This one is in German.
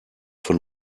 von